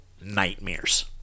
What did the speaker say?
nightmares